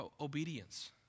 obedience